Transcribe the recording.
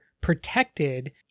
protected